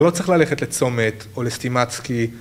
לא צריך ללכת לצומת או לסטימצקי